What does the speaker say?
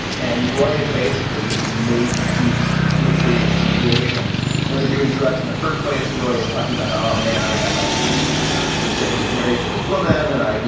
and roy has basically made peace with his situation when they're doing drugs in the first place. roy is talking about, oh, man, i got like, you know, so sick of being married to this woman. and i, you